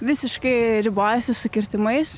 visiškai ribojasi su kirtimais